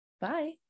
Bye